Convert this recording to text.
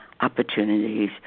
opportunities